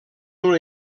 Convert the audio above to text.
una